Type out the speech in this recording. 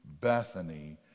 Bethany